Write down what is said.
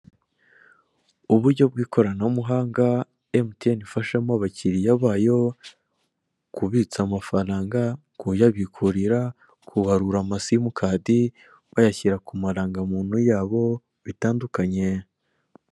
Uburyo bw'ikoranabuhanga emutiyene ifashamo abakiriya bayo, mu kubitsa amafaranga, kuyabikurira , kubarura amasimukadi bayashyira ku marangamuntu yabo bitandukanye.